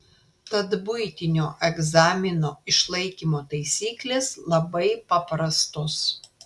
tad buitinio egzamino išlaikymo taisyklės labai paprastos